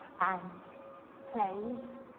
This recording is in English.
and plays,